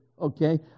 okay